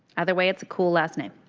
either way it's a cool last name.